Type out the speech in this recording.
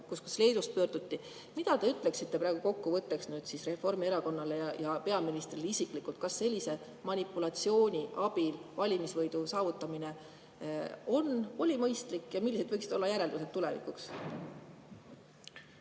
ole, Leedust pöörduti. Mida te ütleksite praegu kokkuvõtteks Reformierakonnale ja peaministrile isiklikult, kas sellise manipulatsiooni abil valimisvõidu saavutamine oli mõistlik ja millised võiksid olla järeldused tulevikuks?